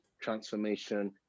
transformation